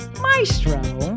Maestro